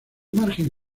margen